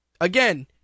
Again